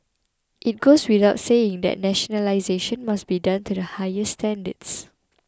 it goes without saying that nationalisation must be done to the highest standards